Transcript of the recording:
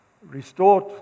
restored